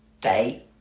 day